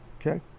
okay